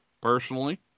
personally